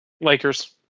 Lakers